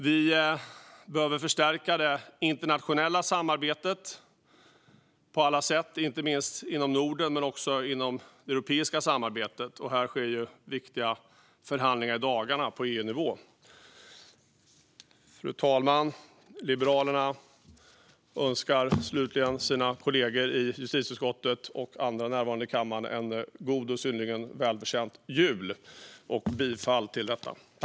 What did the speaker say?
Vi behöver förstärka det internationella samarbetet på alla sätt, inte minst inom Norden men också inom det europeiska samarbetet. Här sker viktiga förhandlingar på EU-nivå i dagarna. Fru talman! Liberalerna önskar slutligen sina kollegor i justitieutskottet och andra närvarande i kammaren en god och synnerligen välförtjänt jul. Jag yrkar bifall till förslaget.